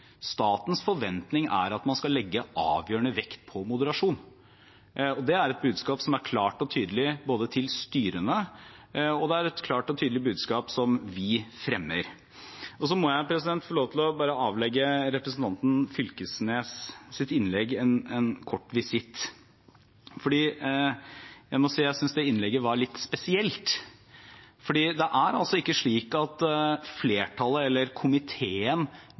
Statens forventning er at man skal legge avgjørende vekt på moderasjon, og det er et budskap som er klart og tydelig til styrene, og det er et klart og tydelig budskap som vi fremmer. Så må jeg få lov til å avlegge representanten Knag Fylkesnes’ innlegg en kort visitt, for jeg synes det innlegget var litt spesielt. Det er altså ikke slik at flertallet, eller komiteen,